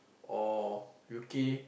or U_K